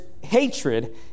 hatred